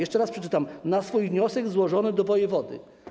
Jeszcze raz przeczytam: na swój wniosek złożony do wojewody.